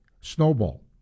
snowball